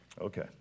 Okay